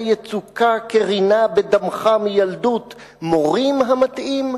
יצוקה כרינה בדמך מילדות?/ מורים המתעים?